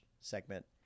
segment